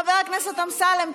חבר הכנסת אמסלם,